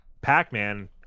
Pac-Man